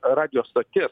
radijo stotis